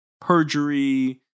perjury